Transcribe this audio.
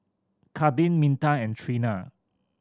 Kadyn Minta and Treena